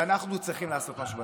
ואנחנו צריכים לעשות משהו בנדון.